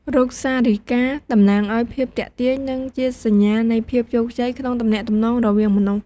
រូបសារីកា តំណាងឲ្យភាពទាក់ទាញ និងជាសញ្ញានៃភាពជោគជ័យក្នុងការទំនាក់ទំនងរវាងមនុស្ស។